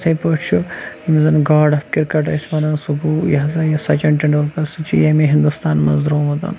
یِتھٕے پٲٹھۍ چھُ ییٚمِس زَن گاڈ آف کِرکَٹ ٲسۍ ونان سُہ گوٚو یہٕ ہَسا یہٕ سَچِن ٹینڈولکر سُہ چھُ ییٚمیے ہِنٛدوستان منٛز دُرومُت